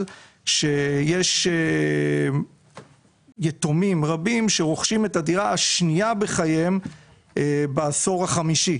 שיש יתומים רבים שרוכשים את הדירה השנייה בחייהם בעשור החמישי.